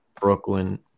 Brooklyn –